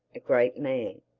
a great man.